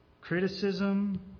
criticism